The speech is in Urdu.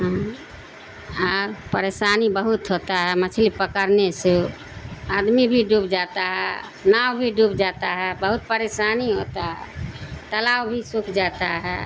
ہاں پریشانی بہت ہوتا ہے مچھلی پکڑنے سے آدمی بھی ڈوب جاتا ہے ناؤ بھی ڈوب جاتا ہے بہت پریشانی ہوتا ہے تالاب بھی سوکھ جاتا ہے